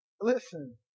listen